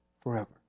forever